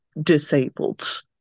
disabled